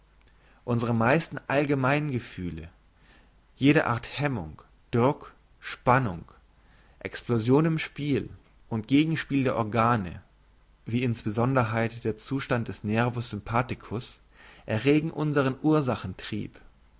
unsre meisten allgemeingefühle jede art hemmung druck spannung explosion im spiel und gegenspiel der organe wie in sonderheit der zustand des nervus sympathicus erregen unsern ursachentrieb